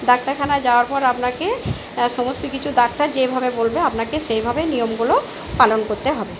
ডাক্তারখানায় যাওয়ার পর আপনাকে সমস্ত কিছু ডাক্তার যেইভাবে বলবে আপনাকে সেইভাবেই নিয়মগুলো পালন করতে হবে